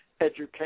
education